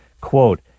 Quote